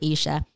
Asia